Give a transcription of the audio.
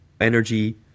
Energy